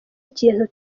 ikintu